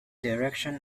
direction